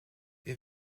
wir